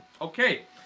Okay